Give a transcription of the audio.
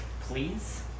Please